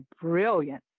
brilliant